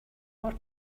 more